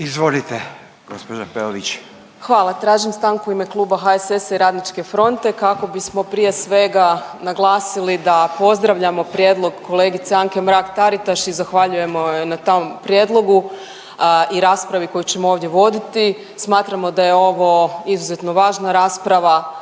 **Peović, Katarina (RF)** Hvala. Tražim stanku u ime kluba HSS-a i Radničke fronte kako bismo prije svega naglasili da pozdravljamo prijedlog kolegice Anke Mrak-Taritaš i zahvaljujemo joj na tom prijedlogu i raspravi koju ćemo ovdje voditi. Smatramo da je ovo izuzetno važna rasprava